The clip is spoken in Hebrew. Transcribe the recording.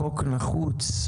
החוק נחוץ,